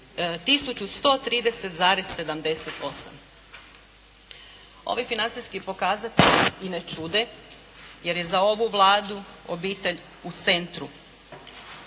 1130,78. Ovi financijski pokazatelji i ne čude jer je za ovu Vladu obitelj u centru,